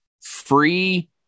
free